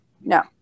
No